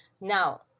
Now